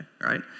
right